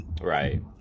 Right